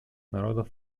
народов